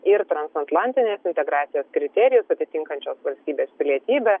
ir transatlantinės integracijos kriterijus atitinkančios valstybės pilietybę